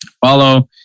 follow